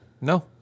no